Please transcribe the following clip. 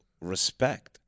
respect